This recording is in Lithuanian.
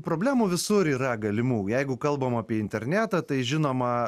problemų visur yra galimų jeigu kalbam apie internetą tai žinoma